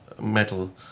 metal